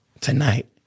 Tonight